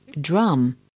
Drum